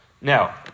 Now